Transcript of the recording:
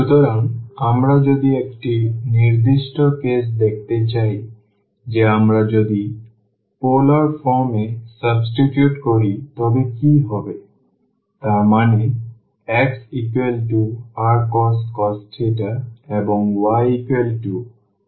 সুতরাং আমরা যদি একটি নির্দিষ্ট কেস দেখতে চাই যে আমরা যদি পোলার ফর্ম এ সাবস্টিটিউট করি তবে কী হবে তার মানে x rcos এবং y rsin